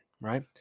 right